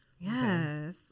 yes